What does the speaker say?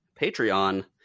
Patreon